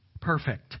perfect